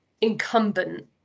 incumbent